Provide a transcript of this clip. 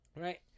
Right